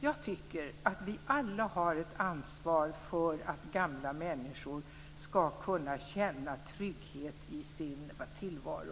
Jag tycker att vi alla har ett ansvar för att gamla människor ska kunna känna trygghet i sin tillvaro.